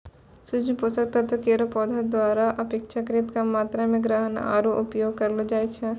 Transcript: सूक्ष्म पोषक तत्व केरो पौधा द्वारा अपेक्षाकृत कम मात्रा म ग्रहण आरु उपयोग करलो जाय छै